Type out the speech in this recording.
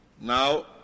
Now